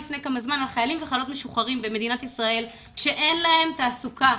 מזמן על חיילים וחיילות משוחררים במדינת ישראל שאין להם תעסוקה.